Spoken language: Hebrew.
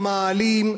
למאהלים,